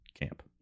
camp